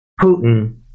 Putin